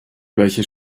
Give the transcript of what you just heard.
welche